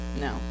No